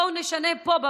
בואו נשנה פה,